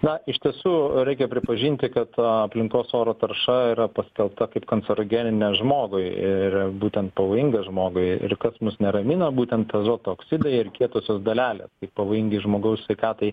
na iš tiesų reikia pripažinti kad aplinkos oro tarša yra paskelbta kaip kancerogenine žmogui ir būtent pavojinga žmogui ir kas mus neramina būtent azoto oksidai ir kietosios dalelės kaip pavojingi žmogaus sveikatai